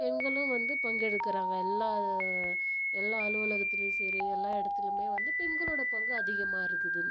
பெண்களும் வந்து பங்கெடுக்கிறாங்க எல்லா எல்லா அலுவலகத்துலேயும் சரி எல்லா இடத்துலுமே வந்து பெண்களோடய பங்கு அதிகமாக இருக்குது